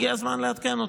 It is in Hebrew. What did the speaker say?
הגיע הזמן לעדכן אותו.